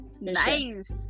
Nice